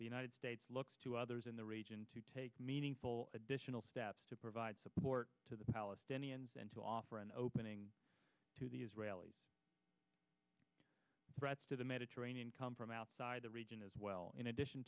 the united states looks to others in the race to take meaningful additional steps to provide support to the palestinians and to offer an opening to the israeli threats to the mediterranean come from outside the region as well in addition